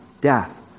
death